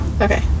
Okay